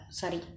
sorry